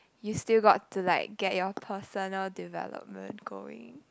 you still got to like get your personal development going